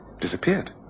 Disappeared